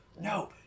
No